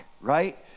right